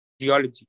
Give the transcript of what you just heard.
geology